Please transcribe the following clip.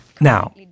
Now